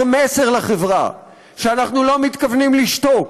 מסר לחברה שאנחנו לא מתכוונים לשתוק,